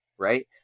Right